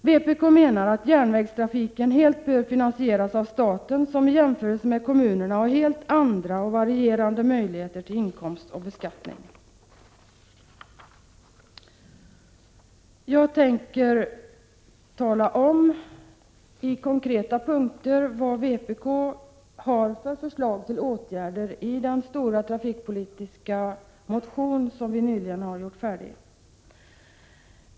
Vpk menar att järnvägstrafiken helt bör finansieras av staten, som i jämförelse med kommunerna har helt andra och varierande möjligheter i fråga om inkomster och beskattning. Jag skall i konkreta punkter nämna vpk:s förslag till åtgärder i den stora trafikpolitiska motionen.